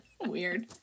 weird